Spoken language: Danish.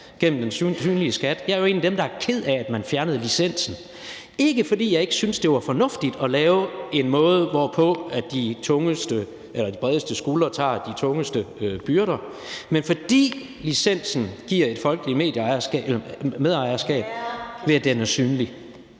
gennem den synlige skat. Jeg er jo en af dem, der er ked af, at man fjernede licensen, ikke fordi jeg ikke syntes, det var fornuftigt at finde en måde, hvorpå de bredeste skuldre bærer de tungeste byrder, men fordi licensen giver et folkeligt mediemedejerskab ved, at den er synlig.